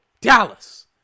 Dallas